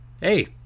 Hey